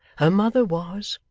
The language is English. her mother was,